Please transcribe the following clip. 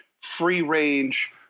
free-range